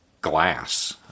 glass